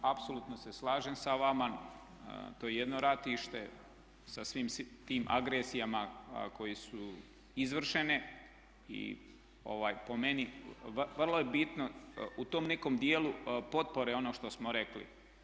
Apsolutno se slažem sa vama, to je jedno ratište sa svim tim agresijama koje su izvršene i po meni vrlo je bitno u tom nekom dijelu potpore ono što smo rekli.